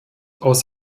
aus